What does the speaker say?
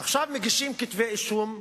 עכשיו מגישים כתבי אישום נגדם.